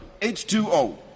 H2O